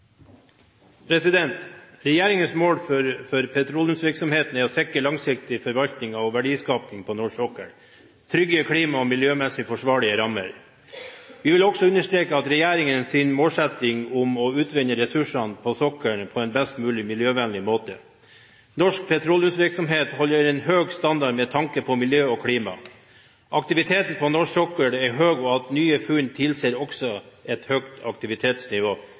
å sikre langsiktig forvaltning og verdiskaping på norsk sokkel – trygge klimaet og ha miljømessig forsvarlige rammer. Vi vil også understreke regjeringens målsetting om å utvinne ressursene på sokkelen på en mest mulig miljøvennlig måte. Norsk petroleumsvirksomhet holder en høy standard med tanke på miljø og klima. Aktiviteten på norsk sokkel er høy, og nye funn tilsier også et høyt aktivitetsnivå